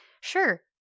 sure